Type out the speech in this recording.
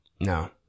No